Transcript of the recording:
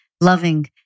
loving